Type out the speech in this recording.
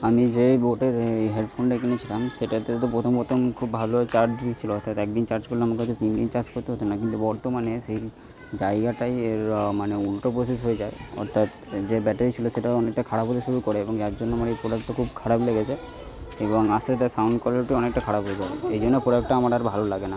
আমি যে বোটের হেড ফোনটা কিনেছিলাম সেটাতে তো প্রথম প্রথম খুব ভালো চার্জ নিচ্ছিল অর্থাৎ এক দিন চার্জ করলে আমাকে হয়তো তিন দিন চার্জ করতে হতো না কিন্তু বর্তমানে সেই জায়গাটায় এর মানে উলটো প্রসেস হয়ে যায় অর্থাৎ যে ব্যাটারি ছিল সেটাও অনেকটা খারাপ হতে শুরু করে এবং যার জন্য আমার এই প্রোডাক্টটা খুব খারাপ লেগেছে এবং আস্তে আস্তে সাউন্ড কোয়ালিটিও অনেকটা খারাপ হয়ে যায় এই জন্য প্রোডাক্টটা আমার আর ভালো লাগে না